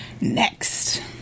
next